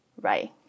right